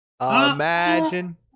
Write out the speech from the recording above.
Imagine